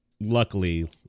luckily